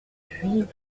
puits